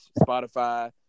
Spotify